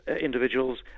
individuals